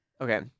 Okay